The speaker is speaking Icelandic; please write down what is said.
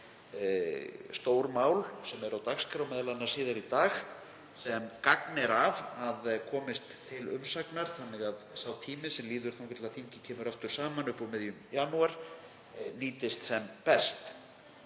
stór mál, sem eru á dagskrá m.a. síðar í dag, sem gagn er að að komist til umsagnar þannig að sá tími sem líður þangað til þingið kemur aftur saman upp úr miðjum janúar nýtist sem best.